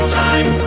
time